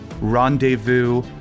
rendezvous